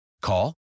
Call